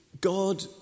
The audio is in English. God